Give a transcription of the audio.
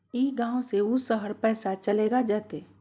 ई गांव से ऊ शहर पैसा चलेगा जयते?